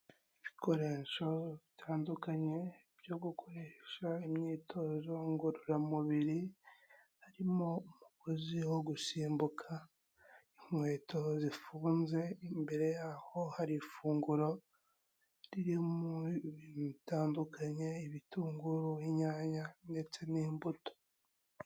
Ibikoresho bitandukanye byo gukoresha imyitozo ngororamubiri, harimo umugozi wo gusimbuka, inkweto zifunze, imbere yaho hari ifunguro ririmo ibintu bitandukanye ibitunguru, inyanya ndetse n'imbuto.